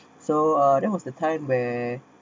so uh that was the time where